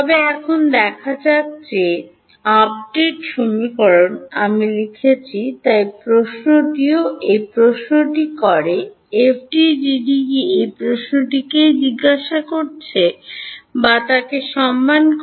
তবে এখন দেখা যাক যে আপডেট সমীকরণটি আমি লিখেছি তাই প্রশ্নটিও এই প্রশ্নটি করে এফডিটিডিটি কি এই প্রশ্নটিকেই জিজ্ঞাসা করছে তা সম্মান করে